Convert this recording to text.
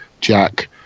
Jack